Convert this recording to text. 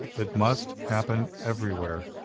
it must happen everywhere.